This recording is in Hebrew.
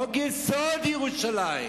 חוק-יסוד: ירושלים,